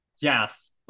Yes